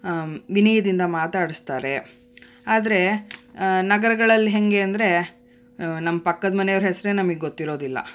ವಿನಯದಿಂದ ಮಾತಾಡಿಸ್ತಾರೆ ಆದ್ರೆ ನಗರಗಳಲ್ಲಿ ಹೇಗೆ ಅಂದರೆ ನಮ್ಮ ಪಕ್ಕದ ಮನೆಯವ್ರ ಹೆಸರೇ ನಮಗ್ ಗೊತ್ತಿರೋದಿಲ್ಲ